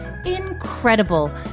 incredible